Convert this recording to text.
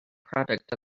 product